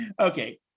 okay